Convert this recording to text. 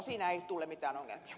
siinä ei tule mitään ongelmia